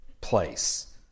place